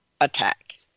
attack